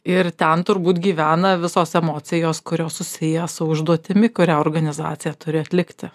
ir ten turbūt gyvena visos emocijos kurios susiję su užduotimi kurią organizacija turi atlikti